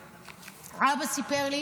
האבא סיפר לי